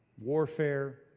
warfare